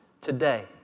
today